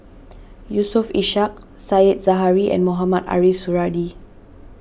Yusof Ishak Said Zahari and Mohamed Ariff Suradi